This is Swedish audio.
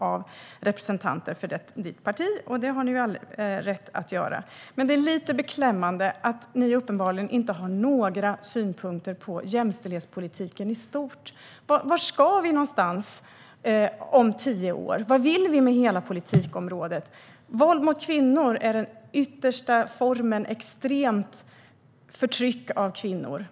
Ni har all rätt att ställa interpellationer om detta. Men det är lite beklämmande att ni uppenbarligen inte har några synpunkter på jämställdhetspolitiken i stort. Var ska vi vara om tio år? Vad vill vi med hela politikområdet? Våld mot kvinnor är den yttersta formen av extremt förtryck av kvinnor.